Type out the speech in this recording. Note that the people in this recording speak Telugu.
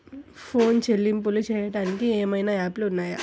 ఫోన్ చెల్లింపులు చెయ్యటానికి ఏవైనా యాప్లు ఉన్నాయా?